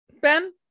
ben